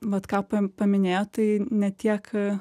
vat ką pa paminėjo tai ne tiek